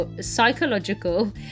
psychological